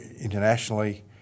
internationally